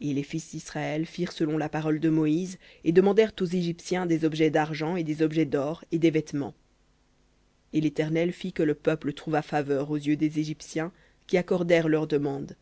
et les fils d'israël firent selon la parole de moïse et demandèrent aux égyptiens des objets d'argent et des objets d'or et des vêtements et l'éternel fit que le peuple trouva faveur aux yeux des égyptiens qui accordèrent leurs demandes